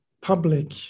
public